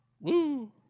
woo